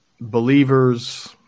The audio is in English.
believers